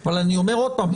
אבל אני אומר עוד פעם,